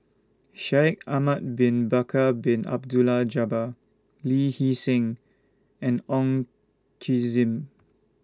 Shaikh Ahmad Bin Bakar Bin Abdullah Jabbar Lee Hee Seng and Ong Tjoe Zim